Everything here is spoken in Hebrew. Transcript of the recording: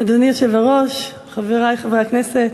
אדוני היושב-ראש, חברי חברי הכנסת